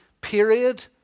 period